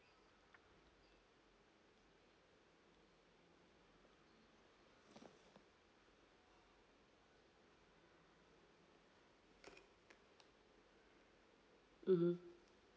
mmhmm